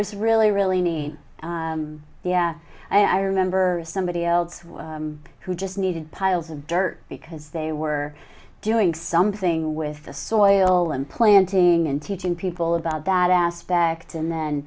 was really really neat yeah i remember somebody else who just needed piles of dirt because they were doing something with the soil and planting and teaching people about that aspect and then